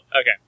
okay